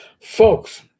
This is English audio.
Folks